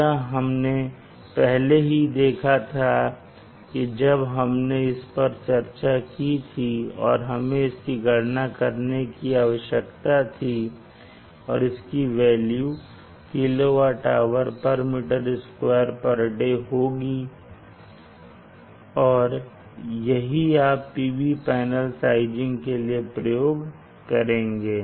यह हमने पहले ही देखा था जब हमने इस पर चर्चा की थी और हमें इसकी गणना करने की आवश्यकता थी और इसकी वेल्यू kWhm2day होगी और यही आप PV पैनल साइजिंग के लिए प्रयोग करेंगे